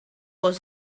was